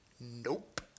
nope